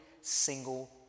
single